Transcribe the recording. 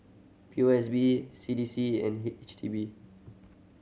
P O S B C D C and H D B